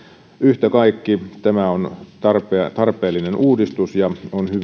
yhtä kaikki tämä on tarpeellinen uudistus ja on